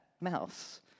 mouse